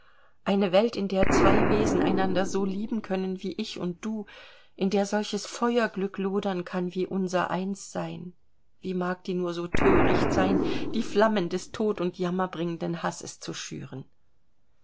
eine welt in der zwei wesen einander so lieben können wie ich und du in der solches feuerglück lodern kann wie unser einssein wie mag die nur so thöricht sein die flammen des tod und jammerbringenden hasses zu schüren